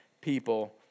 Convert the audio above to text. people